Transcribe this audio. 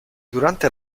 durante